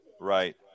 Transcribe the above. right